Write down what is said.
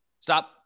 Stop